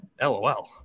LOL